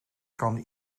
kan